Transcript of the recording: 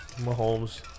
Mahomes